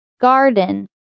Garden